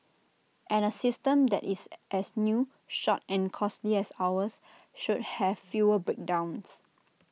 and A system that is as new short and costly as ours should have fewer breakdowns